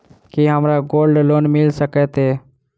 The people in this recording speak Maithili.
की हमरा गोल्ड लोन मिल सकैत ये?